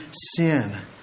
sin